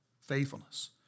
faithfulness